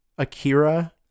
akira